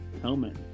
helmet